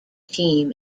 team